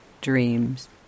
dreams